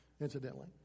incidentally